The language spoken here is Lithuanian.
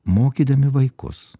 mokydami vaikus